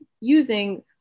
using